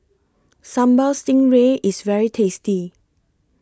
Sambal Stingray IS very tasty